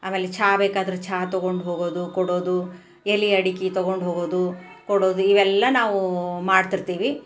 ಆಮೇಲೆ ಚಾ ಬೇಕಾದ್ರೆ ಚಾ ತೊಗೊಂಡು ಹೋಗೋದು ಕೊಡೋದು ಎಲೆ ಅಡಿಕೆ ತೊಗೊಂಡು ಹೋಗೋದು ಕೊಡೋದು ಇವೆಲ್ಲ ನಾವು ಮಾಡ್ತಿರ್ತೀವಿ